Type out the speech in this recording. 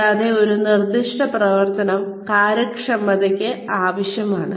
കൂടാതെ ഒരു നിർദ്ദിഷ്ട പ്രവർത്തനം കാര്യക്ഷമതയ്ക്ക് ആവശ്യമാണ്